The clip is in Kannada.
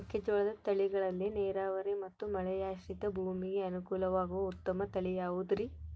ಮೆಕ್ಕೆಜೋಳದ ತಳಿಗಳಲ್ಲಿ ನೇರಾವರಿ ಮತ್ತು ಮಳೆಯಾಶ್ರಿತ ಭೂಮಿಗೆ ಅನುಕೂಲವಾಗುವ ಉತ್ತಮ ತಳಿ ಯಾವುದುರಿ?